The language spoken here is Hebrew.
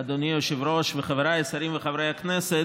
אדוני היושב-ראש וחבריי השרים וחברי הכנסת,